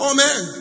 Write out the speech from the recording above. Amen